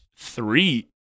three